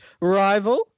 rival